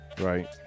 Right